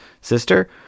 sister